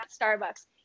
Starbucks